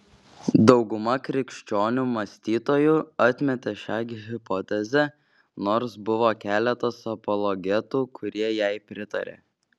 dauguma krikščionių mąstytojų atmetė šią hipotezę nors buvo keletas apologetų kurie jai pritarė